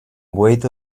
wait